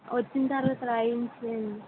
వచ్చిన తర్వాత రాయించే